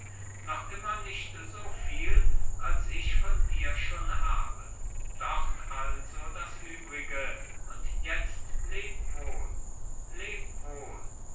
noch immer nicht so viel als ich von dir schon habe dort also das übrige und jetzt leb wohl leb wohl